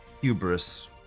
Hubris